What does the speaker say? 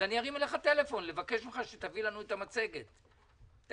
המצגת הזאת, אני רק אזכיר --- מה?